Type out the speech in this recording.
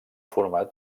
format